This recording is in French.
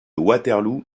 waterloo